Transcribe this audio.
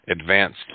advanced